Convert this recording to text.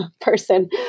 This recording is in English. person